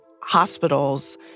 hospitals